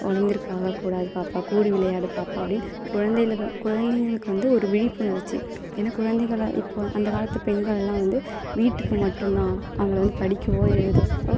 ஓளிந்திருக்க ஆகக்கூடாது பாப்பா கூடி விளையாடு பாப்பா அப்படின்னு குழந்தையில தான் குழந்தைங்களுக்கு வந்து ஒரு விழிப்புணர்ச்சி ஏன்னா குழந்தைகள இப்போ அந்த காலத்து பெண்கள் எல்லாம் வந்து வீட்டுக்கு மட்டுந்தான் அவங்கள வந்து படிக்கவோ எழுதவோ